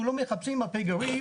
אם אנחנו לא מחפשים את הפגרים,